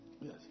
Yes